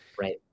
right